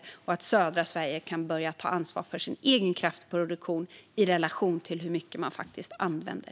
Det gör att södra Sverige kan börja ta ansvar för sin egen kraftproduktion i relation till hur mycket man använder.